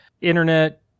internet